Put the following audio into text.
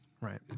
right